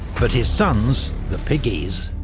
but his sons, the piggies,